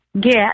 get